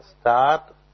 start